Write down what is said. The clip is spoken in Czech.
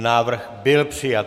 Návrh byl přijat.